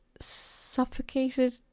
suffocated